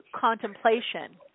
contemplation